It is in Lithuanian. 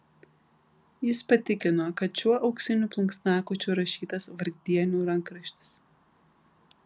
jis patikino kad šiuo auksiniu plunksnakočiu rašytas vargdienių rankraštis